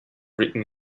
written